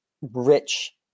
rich